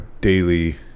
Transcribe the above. daily